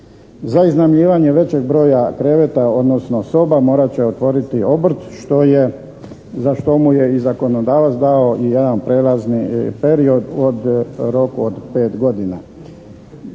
Za iznajmljivanje većeg broja kreveta odnosno soba morat će otvoriti obrt za što mu je i zakonodavac dao jedan prijelazni period u roku od pet godina.